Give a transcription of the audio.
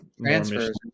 transfers